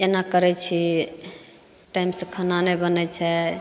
एन्ना करय छिही टाइमसँ खाना नहि बनय छै